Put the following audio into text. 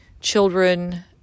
children